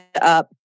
up